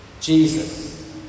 Jesus